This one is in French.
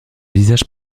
visage